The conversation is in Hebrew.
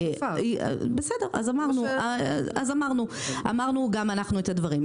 --- בסדר, אז אמרנו גם אנחנו את הדברים.